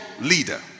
leader